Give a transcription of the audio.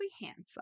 handsome